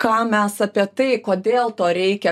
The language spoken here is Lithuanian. ką mes apie tai kodėl to reikia